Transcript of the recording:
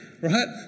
right